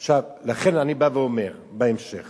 עכשיו, לכן אני בא ואומר, בהמשך